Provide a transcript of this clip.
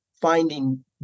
finding